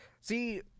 see